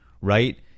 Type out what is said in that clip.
right